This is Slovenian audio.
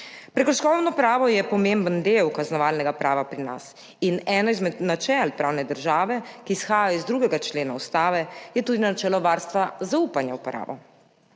Prekrškovno pravo je pomemben del kaznovalnega prava pri nas in eno izmed načel pravne države, ki izhajajo iz 2. člena Ustave, je tudi načelo varstva zaupanja v pravo.